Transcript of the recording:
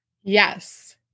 Yes